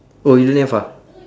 oh you don't have ah